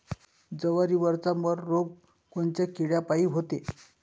जवारीवरचा मर रोग कोनच्या किड्यापायी होते?